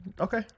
Okay